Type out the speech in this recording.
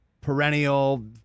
perennial